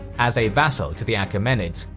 as a vassal to the achaemenids,